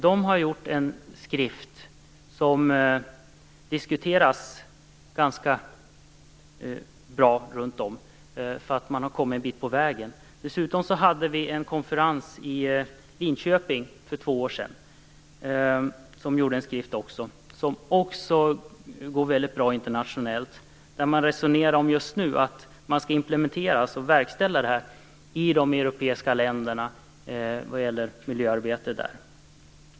Det har publicerat en skrift som diskuteras på ett ganska bra sätt. Man har kommit en bit på vägen. Dessutom hade vi en konferens i Linköping för två år sedan. Där gavs också en skrift ut som går väldigt bra internationellt. Det man resonerar om just nu är att man skall implementera, alltså verkställa, det här i de europeiska länderna.